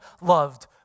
loved